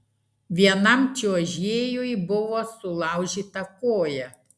vienam čiuožėjui buvo sulaužyta koja